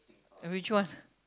which one